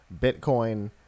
Bitcoin